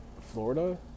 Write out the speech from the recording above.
Florida